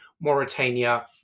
Mauritania